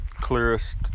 clearest